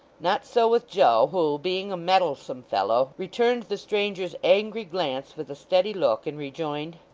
not so with joe, who, being a mettlesome fellow, returned the stranger's angry glance with a steady look, and rejoined